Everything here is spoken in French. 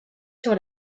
sur